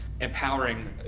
empowering